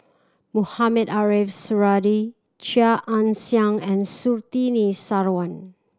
Mohamed Ariff Suradi Chia Ann Siang and Surtini Sarwan